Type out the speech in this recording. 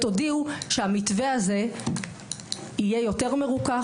תודיעו שהמתווה הזה יהיה יותר מרוכך,